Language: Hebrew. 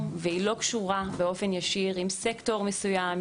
והיא לא קשורה באופן ישיר עם סקטור מסוים,